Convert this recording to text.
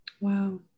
Wow